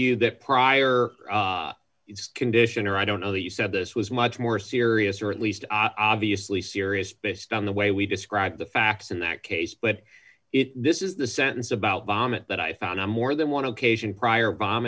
you that prior condition or i don't know that you said this was much more serious or at least obviously serious based on the way we described the facts in that case but it this is the sentence about vomit that i found on more than one occasion prior bomb